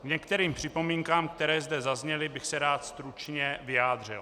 K některých připomínkám, které zde zazněly, bych se rád stručně vyjádřil.